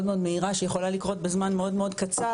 מאוד מהירה שיכולה לקרות בזמן מאוד מאוד קצר,